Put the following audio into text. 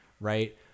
right